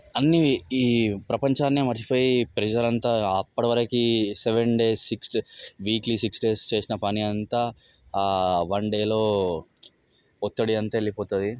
అన్నీ ఈ ప్రంపంచాన్ని మర్చిపోయి ప్రెషర్ అంతా అప్పటివరకి seven days six days weekly six days చేసిన పని అంతా వన్ డేలో ఒత్తిడి అంతా వెళ్ళిపోతుంది